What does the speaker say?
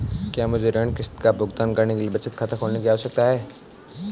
क्या मुझे ऋण किश्त का भुगतान करने के लिए बचत खाता खोलने की आवश्यकता है?